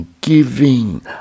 giving